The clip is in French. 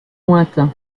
lointains